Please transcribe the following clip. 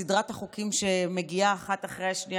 סדרת החוקים שמגיעים אחד אחרי השני,